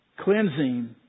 cleansing